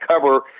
cover